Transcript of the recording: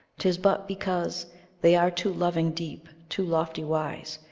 tis but because they are too loving-deep, too lofty-wise,